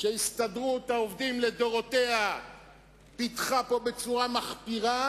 שהסתדרות העובדים לדורותיה פיתחה פה בצורה מחפירה,